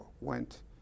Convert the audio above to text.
went